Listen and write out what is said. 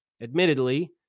admittedly